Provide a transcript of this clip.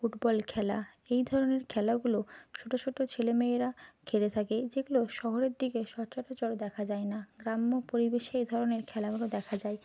football খেলা এই ধরনের খেলাগুলো ছোটো ছোটো ছেলেমেয়েরা খেলে থাকে যেগুলো শহরের দিকে সচরাচর দেখা যায় না গ্রাম্য পরিবেশে এই ধরনের খেলাগুলো দেখা যায়